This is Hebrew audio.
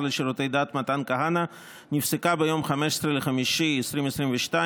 לשירותי דת מתן כהנא נפסקה ביום 15 במאי 2022,